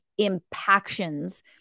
impactions